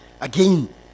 Again